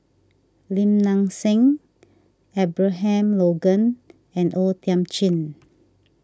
Lim Nang Seng Abraham Logan and O Thiam Chin